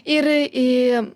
ir į